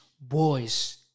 boys